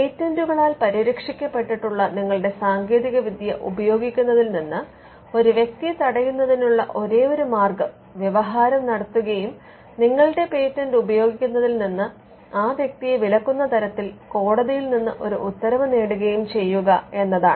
പേറ്റന്റുകളാൽ പരിരക്ഷിക്കപ്പെട്ടിട്ടുള്ള നിങ്ങളുടെ സാങ്കേതികവിദ്യ ഉപയോഗിക്കുന്നതിൽ നിന്ന് ഒരു വ്യക്തിയെ തടയുന്നതിനുള്ള ഒരേയൊരു മാർഗ്ഗം വ്യവഹാരം നടത്തുകയും നിങ്ങളുടെ പേറ്റന്റ് ഉപയോഗിക്കുന്നതിൽ നിന്ന് ആ വ്യക്തിയെ വിലക്കുന്ന തരത്തിൽ കോടതിയിൽ നിന്ന് ഒരു ഉത്തരവ് നേടുകയും ചെയ്യുക എന്നതാണ്